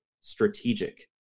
strategic